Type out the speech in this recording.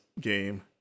game